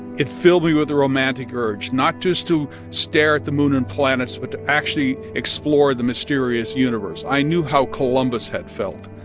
it filled me with a romantic urge not just to stare at the moon and planets but to actually explore the mysterious universe. i knew how columbus had felt,